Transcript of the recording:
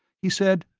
he said,